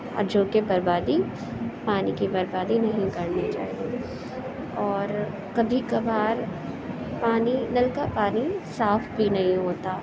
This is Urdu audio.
اور جوکہ بربادی پانی کی بربادی نہیں کرنی چاہیے اور کبھی کبھار پانی نل کا پانی صاف بھی نہیں ہوتا